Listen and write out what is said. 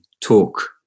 talk